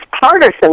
partisan